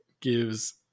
gives